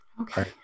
Okay